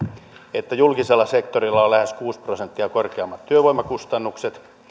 että julkisella sektorilla on lähes kuusi prosenttia korkeammat työvoimakustannukset